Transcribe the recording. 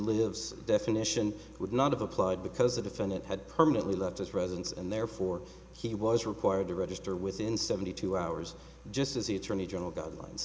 lives definition would not have applied because the defendant had permanently left his residence and therefore he was required to register within seventy two hours just as the attorney general guidelines